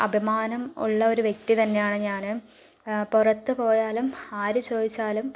അഭിമാനം ഉള്ള ഒരു വ്യക്തി തന്നെയാണ് ഞാനും പുറത്ത് പോയാലും ആര് ചോദിച്ചാലും